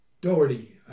Doherty